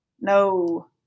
No